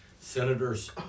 Senators